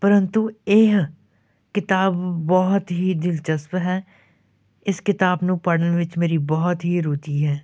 ਪਰੰਤੂ ਇਹ ਕਿਤਾਬ ਬਹੁਤ ਹੀ ਦਿਲਚਸਪ ਹੈ ਇਸ ਕਿਤਾਬ ਨੂੰ ਪੜ੍ਹਨ ਵਿੱਚ ਮੇਰੀ ਬਹੁਤ ਹੀ ਰੁਚੀ ਹੈ